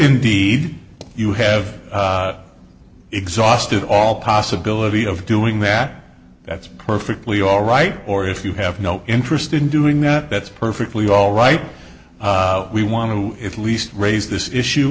indeed you have exhausted all possibility of doing that that's perfectly all right or if you have no interest in doing that that's perfectly all right we want to if least raise this issue